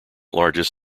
largest